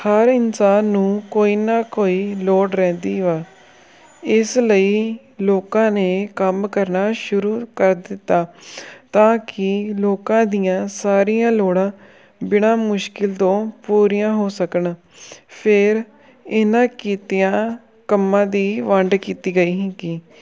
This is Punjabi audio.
ਹਰ ਇਨਸਾਨ ਨੂੰ ਕੋਈ ਨਾ ਕੋਈ ਲੋੜ ਰਹਿੰਦੀ ਵਾ ਇਸ ਲਈ ਲੋਕਾਂ ਨੇ ਕੰਮ ਕਰਨਾ ਸ਼ੁਰੂ ਕਰ ਦਿੱਤਾ ਤਾਂ ਕਿ ਲੋਕਾਂ ਦੀਆਂ ਸਾਰੀਆਂ ਲੋੜਾਂ ਬਿਨਾ ਮੁਸ਼ਕਲ ਤੋਂ ਪੂਰੀਆਂ ਹੋ ਸਕਣ ਫੇਰ ਇਹਨਾਂ ਕਿੱਤਿਆਂ ਕੰਮਾਂ ਦੀ ਵੰਡ ਕੀਤੀ ਗਈ ਸੀਗੀ